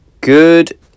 Good